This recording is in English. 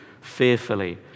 fearfully